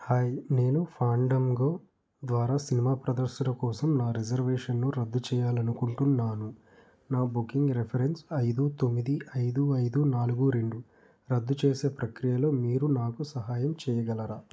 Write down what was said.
hi నేను Fandango ద్వారా సినిమా ప్రదర్శన కోసం నా రిజర్వేషన్ను రద్దు చేయాలి అనుకుంటున్నాను నా బుకింగ్ రిఫరెన్స్ ఐదు తొమ్మిది ఐదు ఐదు నాలుగు రెండు రద్దు చేసే ప్రక్రియలో మీరు నాకు సహాయం చేయగలరా